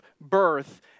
birth